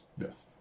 Yes